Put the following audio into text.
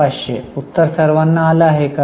3500 उत्तर सर्वांना आलं का